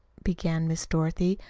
began miss dorothy,